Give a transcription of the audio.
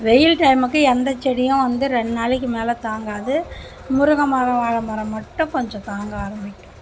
வெயில் டைமுக்கு எந்த செடியும் வந்து ரெண்டு நாளைக்கு மேல் தாங்காது முருங்கை மரம் வாழைமரம் மட்டும் கொஞ்சம் தாங்க ஆரம்மிக்கும்